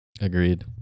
Agreed